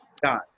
God